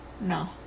No